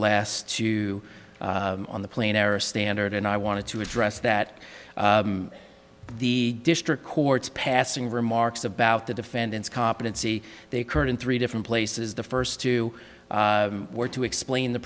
last two on the plane error standard and i wanted to address that the district court's passing remarks about the defendant's competency they occurred in three different places the first two were to explain the